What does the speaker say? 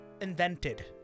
invented